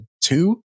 two